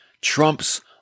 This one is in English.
trumps